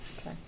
Okay